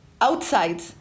outside